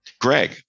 Greg